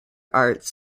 arts